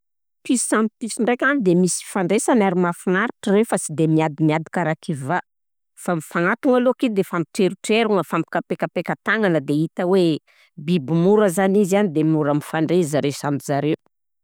Piso samy piso ndraika an de misy fifandraisany ary mahafinaritra re fa sy de misadiady karaha kivà fa mifagnatogno aloha ke de mifampitrerotrerogno, afa mignakapekapeka tànagna de efa hita hoe biby mora zany a de mora mifandray zareo samby zareo.